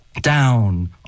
down